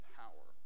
power